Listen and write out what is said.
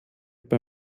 bei